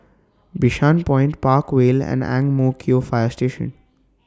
Bishan Point Park Vale and Ang Mo Kio Fire Station